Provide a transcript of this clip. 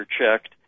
checked